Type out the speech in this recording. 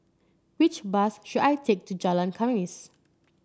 which bus should I take to Jalan Khamis